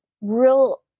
real